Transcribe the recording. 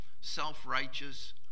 self-righteous